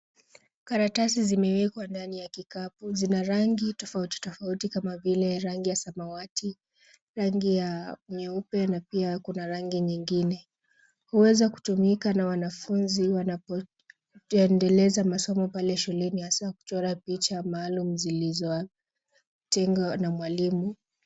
Karatasi zimewekwa ndani ya kikapu, zina rangi tofauti tofauti kama vile rangi ya samawati, rangi ya nyeupe, na pia kuna rangi nyingine. Huweza kutumika na wanafunzi, wanapo endeleza masomo pale shuleni, haswa kutoa picha ambazo mzilizo tengwa na mwalimu.